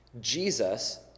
Jesus